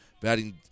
Batting